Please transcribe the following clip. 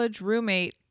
roommate